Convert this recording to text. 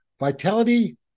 Vitality